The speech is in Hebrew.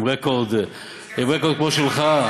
עם רקורד כמו שלך?